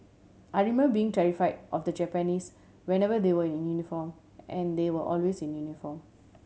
I remember being terrify of the Japanese whenever they were in uniform and they were always in uniform